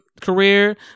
career